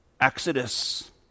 exodus